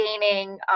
gaining